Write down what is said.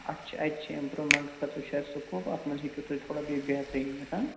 اَتھ چھِ اَتہِ چھِ اِمپرومٮ۪نٛٹ خٲطرٕ چھُ اَسہِ سٕکوپ اَتھ مَنٛز ہیٚکِو تُہی تھوڑا بیٚیہِ بہتری أنِتھ ہاں